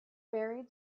buried